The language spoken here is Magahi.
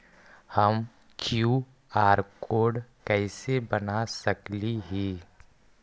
हम कियु.आर कोड कैसे बना सकली ही?